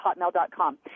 hotmail.com